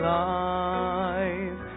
life